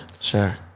sure